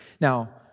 Now